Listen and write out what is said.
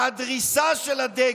ואתה מאפשר לו לקרוא לי "תת-אדם".